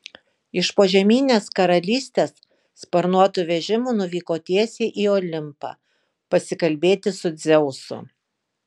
iš požeminės karalystės sparnuotu vežimu nuvyko tiesiai į olimpą pasikalbėti su dzeusu